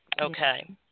okay